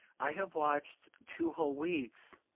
i have watched two whole weeks,